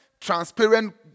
transparent